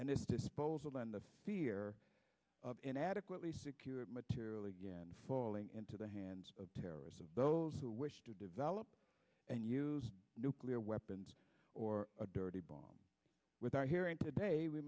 and its disposal and the fear of an adequately secure material and falling into the hands of terrorists and those who wish to develop and use nuclear weapons or a dirty bomb with our hearing today we